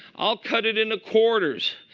i'll cut it into quarters.